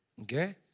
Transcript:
Okay